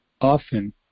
often